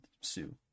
Sue